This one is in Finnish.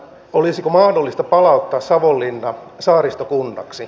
olisiko mahdollista palauttaa savonlinna saaristokunnaksi